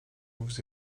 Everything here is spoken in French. vous